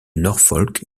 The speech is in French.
norfolk